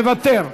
מוותר,